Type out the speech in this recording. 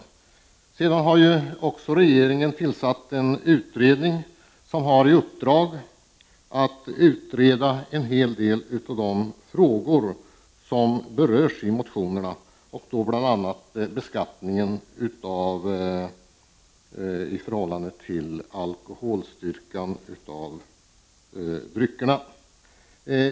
Regeringen har också tillsatt en utredning som har i uppdrag att utreda en hel del av de frågor som berörs i motionerna, bl.a. beskattningen av dryckerna i förhållande till alkoholhalt.